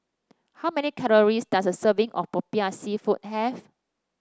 how many calories does a serving of popiah seafood have